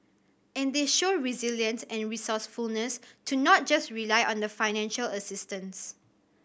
and they show resilience and resourcefulness to not just rely on the financial assistance